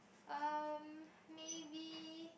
um maybe